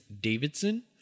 Davidson